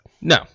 No